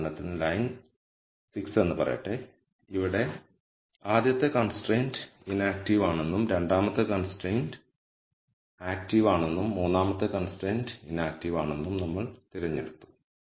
ഉദാഹരണത്തിന് ലൈൻ 6 എന്ന് പറയട്ടെ ഇവിടെ ആദ്യത്തെ കൺസ്ട്രൈന്റ് ഇനാക്ടീവ് ആണെന്നും രണ്ടാമത്തെ കൺസ്ട്രൈൻറ് ആക്റ്റീവ് ആണെന്നും മൂന്നാമത്തെ കൺസ്ട്രൈൻറ് ഇനാക്ടീവ് ആണെന്നും നമ്മൾ തിരഞ്ഞെടുത്തു